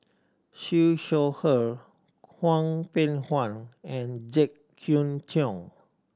Siew Shaw Her Hwang Peng Yuan and Jek Yeun Thong